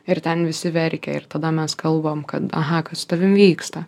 ir ten visi verkia ir tada mes kalbam kad aha kas su tavim vyksta